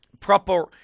proper